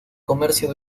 comercio